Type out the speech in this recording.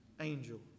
Angel